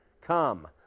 Come